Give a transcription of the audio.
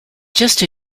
just